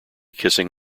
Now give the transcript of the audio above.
kissing